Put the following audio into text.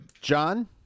john